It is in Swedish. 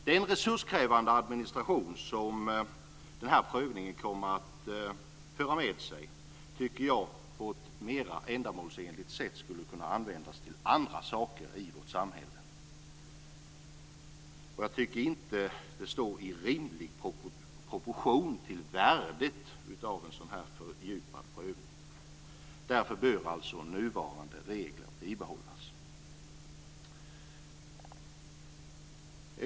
Den resurskrävande administration som den här prövningen kommer att föra med sig skulle på ett mer ändamålsenligt sätt kunna användas till andra saker i vårt samhälle. Jag tycker inte att det står i rimlig proportion till värdet av en sådan fördjupad prövning. Därför bör nuvarande regler bibehållas.